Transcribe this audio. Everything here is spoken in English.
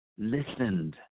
listened